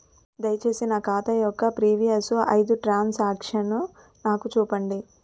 దయచేసి నా ఖాతా యొక్క ప్రీవియస్ ఐదు ట్రాన్ సాంక్షన్ నాకు చూపండి